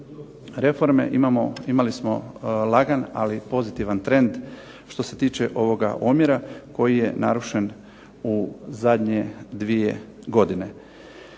reforme, imali smo lagan ali pozitivan trend što se tiče ovoga omjera koji je narušen u zadnje dvije godine.